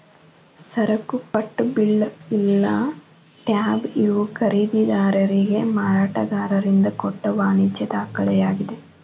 ಸರಕುಪಟ್ಟ bill ಇಲ್ಲಾ tab ಇವು ಖರೇದಿದಾರಿಗೆ ಮಾರಾಟಗಾರರಿಂದ ಕೊಟ್ಟ ವಾಣಿಜ್ಯ ದಾಖಲೆಯಾಗಿದೆ